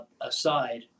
Aside